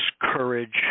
courage